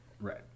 Right